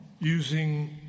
using